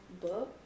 book